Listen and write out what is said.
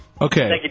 Okay